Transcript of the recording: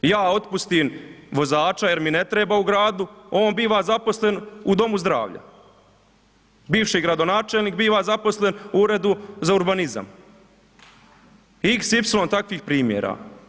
Ja otpustim vozača jer mi ne treba u gradu, on biva zaposlen u domu zdravljen, bivši gradonačelnik biva zaposlen u Uredu za urbanizam i x,y takvih primjera.